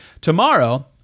Tomorrow